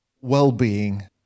well-being